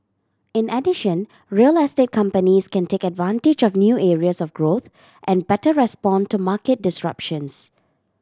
in addition real estate companies can take advantage of new areas of growth and better respond to market disruptions